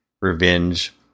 revenge